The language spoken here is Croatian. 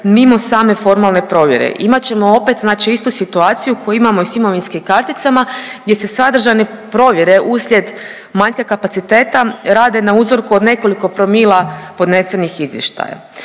mimo same formalne provjere. Imat ćemo opet, znači istu situaciju koju imamo i sa imovinskim karticama gdje se sadržane provjere uslijed manjka kapaciteta rade na uzorku od nekoliko promila podnesenih izvještaja.